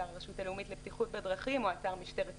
אתר הרשות הלאומית לבטיחות בדרכים או אתר משטרת ישראל.